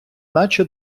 наче